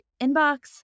inbox